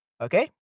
Okay